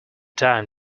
time